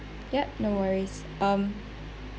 yup no worries um